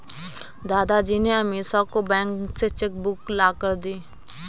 दादाजी ने अमीषा को बैंक से चेक बुक लाकर दी